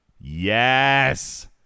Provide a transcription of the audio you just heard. Yes